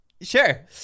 sure